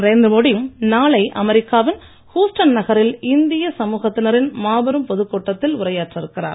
நரேந்திர மோடி நாளை அமெரிக்காவின் ஹுஸ்டன் இந்திய சமுகத்தினரின் மாபெரும் பொதுக் கூட்டத்தில் நகரில் உரையாற்ற இருக்கிறார்